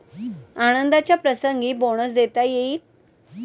आनंदाच्या प्रसंगी बोनस देता येईल